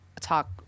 talk